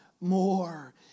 more